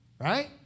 right